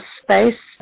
space